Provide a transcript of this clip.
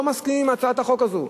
לא מסכימים עם הצעת החוק הזאת,